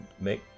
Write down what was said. make